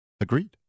Agreed